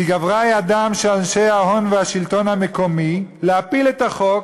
כי גברה ידם של אנשי ההון והשלטון המקומי להפיל את החוק,